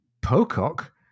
Pocock